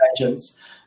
agents